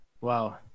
Wow